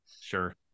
Sure